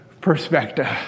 perspective